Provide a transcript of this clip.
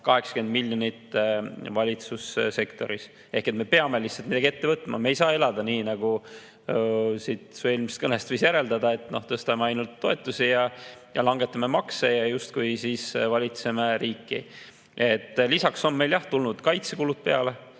480 miljonit valitsussektoris. Me lihtsalt peame midagi ette võtma. Me ei saa elada nii, nagu su eelmisest kõnest võis järeldada, et tõstame ainult toetusi ja langetame makse ja siis justkui valitseme riiki. Lisaks on meil jah, tulnud kaitsekulud peale,